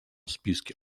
списке